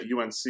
UNC